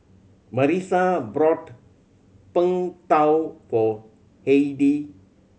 Marisa bought Png Tao for Heidi